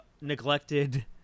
neglected